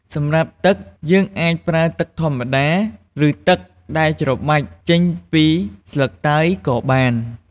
សម្រាប់ទឹក យើងអាចប្រើទឹកធម្មតា ឬទឹកដែលច្របាច់ចេញពីស្លឹកតើយក៏បាន។